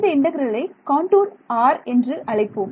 இந்த இன்டெக்ரலை contour R என்று அழைப்போம்